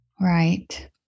Right